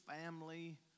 Family